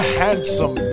handsome